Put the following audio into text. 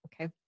Okay